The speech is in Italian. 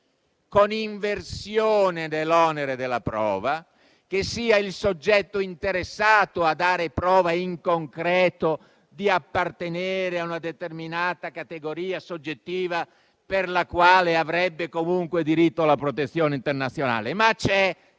con inversione dell'onere della prova, che sia il soggetto interessato a dare prova, in concreto, di appartenere a una determinata categoria soggettiva per la quale avrebbe comunque diritto alla protezione internazionale. La